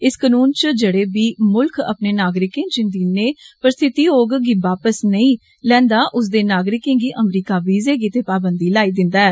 इस कनून च जेड़े बी मुल्ख अपने नागरिकें जिन्दी नेही परिस्थिति होग गी वापस नेई लैंदा उसदे नागरिकें गी अमेरिका वीजे गित्तै पाबंधी लाई दिन्दा ऐ